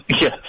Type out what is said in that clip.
Yes